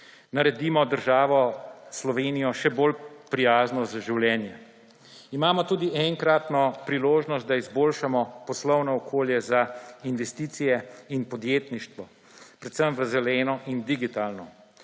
naredimo državo Slovenijo še bolj prijazno za življenje. Imamo tudi enkratno priložnost, da izboljšamo poslovno okolje za investicije in podjetništvo, predvsem v zeleno in digitalno.